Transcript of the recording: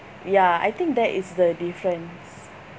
ya I think that is the difference